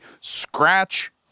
Scratch